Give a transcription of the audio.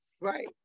Right